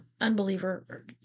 unbeliever